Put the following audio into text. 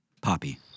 Poppy